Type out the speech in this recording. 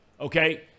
okay